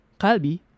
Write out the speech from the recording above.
Kalbi